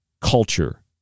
culture